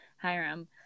Hiram